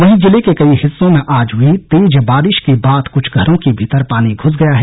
वहीं जिले के कई हिस्सो में आज हई तेज बारिश के बाद कुछ घरों के भीतर पानी घूस गया है